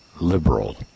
liberal